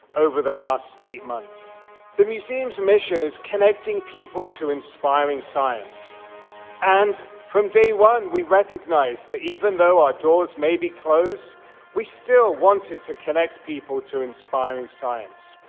over the last eight months the museum's mission is connecting people to inspiring science and from day one we recognizes that even though our doors may be closed we still wanted to connect people to inspiring science.